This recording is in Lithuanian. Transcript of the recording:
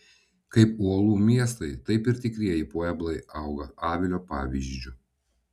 kaip uolų miestai taip ir tikrieji pueblai auga avilio pavyzdžiu